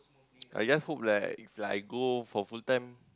I just hope like if like I go for full time